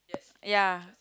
ya